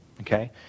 okay